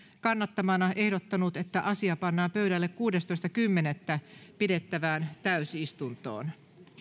kannattamana ehdottanut että asia pannaan pöydälle kuudestoista kymmenettä kaksituhattayhdeksäntoista pidettävään täysistuntoon